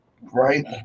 Right